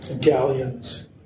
galleons